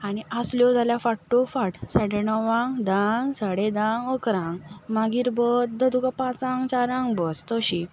आनी आसलो जाल्यार फाटोफाट साडे णवांक धांक साडे धांक अकरांक मागीर बद्द तुका चारांक पांचांक बस तशी